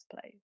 place